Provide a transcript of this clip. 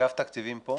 אגף תקציבים פה?